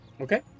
Okay